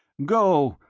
go,